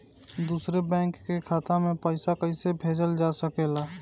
दूसरे बैंक के खाता में पइसा कइसे भेजल जा सके ला?